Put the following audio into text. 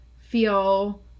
feel